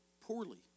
poorly